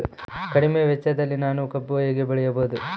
ಕಡಿಮೆ ವೆಚ್ಚದಲ್ಲಿ ನಾನು ಕಬ್ಬು ಹೇಗೆ ಬೆಳೆಯಬಹುದು?